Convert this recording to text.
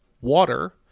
water